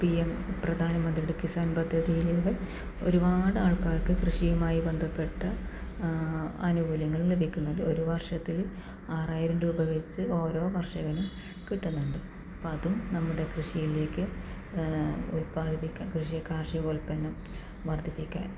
P എം പ്രധാന മന്ത്രിയുടെ കിസാൻ പദ്ധതിയിലൂടെ ഒരുപാട് ആൾക്കാർക്ക് കൃഷിയുമായി ബന്ധപ്പെട്ട ആനുകൂല്യങ്ങൾ ലഭിക്കുന്നുണ്ട് ഒരു വർഷത്തിൽ ആറായിരം രൂപ വെച്ച് ഓരോ കർഷകനും കിട്ടുന്നുണ്ട് അപ്പം അതും നമ്മുടെ കൃഷിയിലേക്ക് ഉല്പാദിപ്പിക്കാൻ കൃഷി കാർഷിക ഉൽപ്പന്നം വർദ്ധിപ്പിക്കാൻ